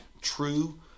true